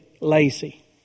lazy